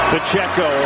Pacheco